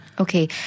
Okay